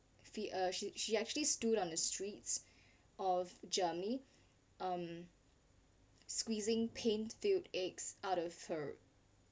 she she actually stood on the streets of germany um squeezing paint filled eggs out of her